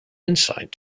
insight